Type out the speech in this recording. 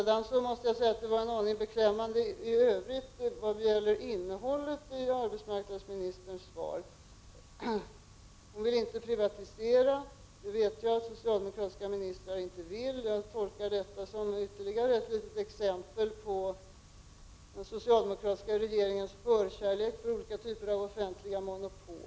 Innehållet i övrigt i arbetsmarknadsministerns svar var en aning beklämmande. Hon vill inte privatisera. Jag vet att socialdemokraterna inte vill göra det, och jag tolkar detta som ytterligare ett exempel på den socialdemokra = Prot. 1989/90:25 tiska regeringens förkärlek för olika typer av offentliga monopol.